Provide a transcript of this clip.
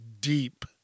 deep